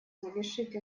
завершить